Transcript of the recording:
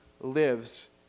lives